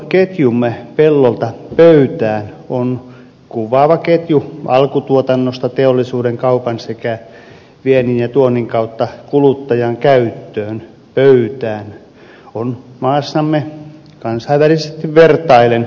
ravintoketjumme pellolta pöytään kuvaava ketju alkutuotannosta teollisuuden kaupan sekä viennin ja tuonnin kautta kuluttajan käyttöön pöytään on maassamme kansainvälisesti vertaillen turvallinen